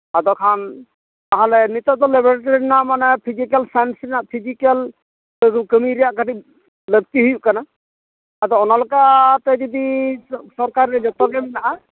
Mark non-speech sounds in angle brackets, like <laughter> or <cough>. ᱟᱫᱠᱷᱟᱱ ᱛᱟᱦᱚᱞᱮ ᱱᱤᱛᱳᱜ ᱫᱚ ᱞᱮᱵᱨᱮᱴᱚᱨᱤ ᱨᱮᱱᱟᱜ ᱢᱟᱱᱮ ᱯᱷᱤᱡᱤᱠᱮᱞ ᱥᱟᱭᱮᱱᱥ ᱨᱮᱱᱟᱜ ᱯᱷᱤᱡᱤᱠᱮᱞ <unintelligible> ᱠᱟᱹᱢᱤ ᱨᱮᱭᱟᱜ ᱠᱟᱹᱴᱤᱡ ᱞᱟᱹᱠᱛᱤ ᱦᱩᱭᱩᱜ ᱠᱟᱱᱟ ᱟᱫᱚ ᱚᱱᱟᱞᱮᱠᱟᱛᱮ ᱡᱩᱫᱤ ᱥᱟᱨᱠᱟᱨᱤ ᱡᱚᱛᱚ ᱜᱮ ᱢᱮᱱᱟᱜᱼᱟ